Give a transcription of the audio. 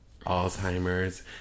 Alzheimer's